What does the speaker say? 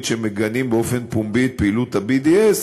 שמגנים באופן פומבי את פעילות ה-BDS,